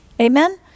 Amen